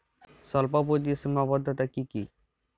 স্বল্পপুঁজির সীমাবদ্ধতা কী কী?